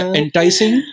enticing